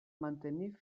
mantenir